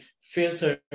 filter